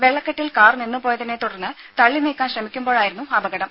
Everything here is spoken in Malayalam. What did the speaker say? വെള്ളക്കെട്ടിൽ കാർ നിന്നു പോയതിനെ തുടർന്ന് തള്ളി നീക്കാൻ ശ്രമിക്കുമ്പേഴായിരുന്നു അപകടം